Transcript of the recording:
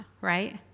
right